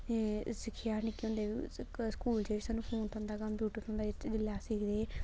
एह् सिक्खेआ हा निक्के होंदे स्कूल च सानूं फोन थ्होंदा कंप्यूटर थ्होंदा जिसलै अस सिक्खदे हे